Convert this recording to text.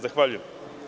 Zahvaljujem.